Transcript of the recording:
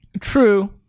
True